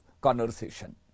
conversation